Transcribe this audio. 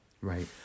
right